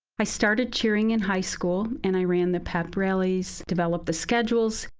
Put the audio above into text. i started cheering in high school and i ran the pep rallies, developed the schedules,